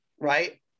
right